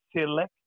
select